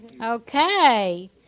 Okay